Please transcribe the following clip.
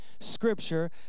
Scripture